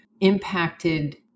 impacted